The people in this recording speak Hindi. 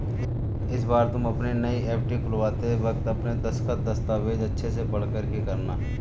इस बार तुम अपनी नई एफ.डी खुलवाते वक्त अपने दस्तखत, दस्तावेज़ अच्छे से पढ़कर ही करना